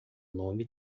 nome